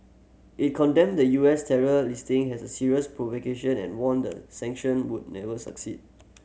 it condemned the U S terror listing as a serious provocation and warned that sanction would never succeed